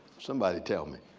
somebody tell me?